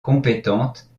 compétente